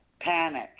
Panic